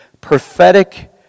prophetic